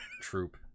troop